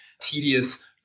tedious